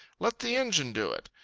let the engine do it.